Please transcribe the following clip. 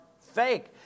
fake